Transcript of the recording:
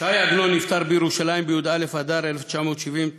ש"י עגנון נפטר בירושלים בי"א באדר 1970,